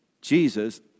Jesus